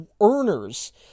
earners